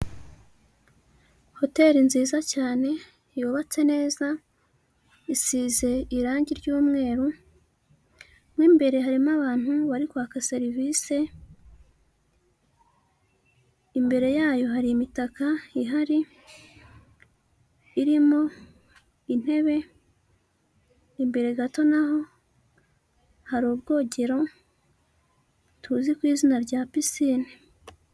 Hoteri nziza cyane yubatse neza, isize irangi ry'umweru, mo imbere harimo abantu bari kwaka serivisi, imbere yayo hari imitaka ihari irimo intebe, imbere gato na ho hari ubwogero tuzi ku izina rya pisine.